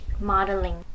modeling